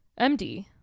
MD